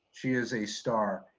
she is a star.